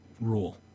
rule